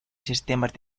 sistemas